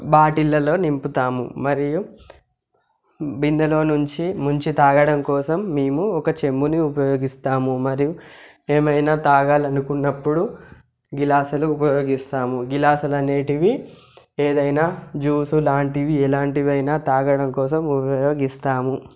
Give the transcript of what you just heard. బాటిళ్ళలో నింపుతాము మరియు బిందెలో నుంచి ముంచి తాగడం కోసం మేము ఒక చెంబుని ఉపయోగిస్తాము మరియు ఏమైనా తాగాలి అనుకున్నప్పుడు గ్లాసులు ఉపయోగిస్తాము గ్లాసులు అనేవి ఏదైనా జ్యూస్ లాంటివి ఎలాంటివి అయినా తాగడం కోసం ఉపయోగిస్తాము